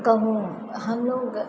गहूँम हमलोग